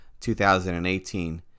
2018